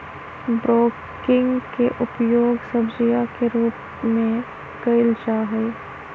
broccoli के उपयोग सब्जीया के रूप में कइल जाहई